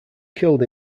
killed